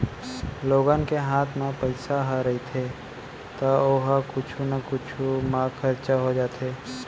लोगन के हात म पइसा ह रहिथे त ओ ह कुछु न कुछु म खरचा हो जाथे